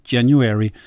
January